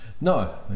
no